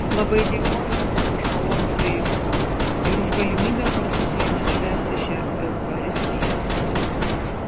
labai dėkoju jums už malonų priėmimą ir už galimybę kartu su jumis švęsti šią eucharistiją